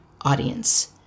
audience